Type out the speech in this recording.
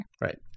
Right